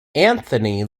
anthony